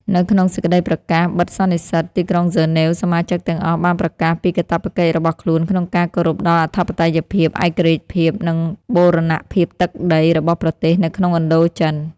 នៅក្នុងសេចក្តីប្រកាសបិទសន្និសីទីក្រុងហ្សឺណែវ សមាជិកទាំងអស់បានប្រកាសពីកាតព្វកិច្ចរបស់ខ្លួនក្នុងការ គោរពដល់អធិបតេយ្យភាព ឯករាជ្យភាព និងបូរណភាពទឹកដី របស់ប្រទេសនៅក្នុងឥណ្ឌូចិន។